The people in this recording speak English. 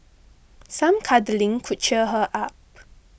some cuddling could cheer her up